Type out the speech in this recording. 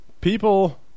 People